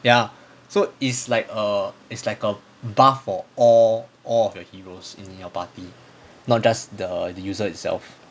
ya so it's like a it's like a buff for all of your heroes in your party not just the user itself